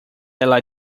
ela